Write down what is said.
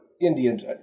Indians